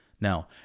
Now